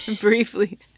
briefly